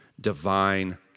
divine